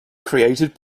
created